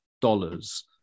dollars